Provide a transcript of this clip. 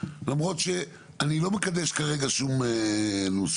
למרות שאני לא מקדש כרגע שום נוסח.